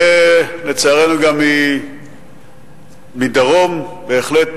ולצערנו גם מדרום, בהחלט